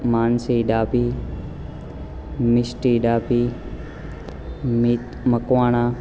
Mansi Dabhi Misty Dabhi Meet Makwana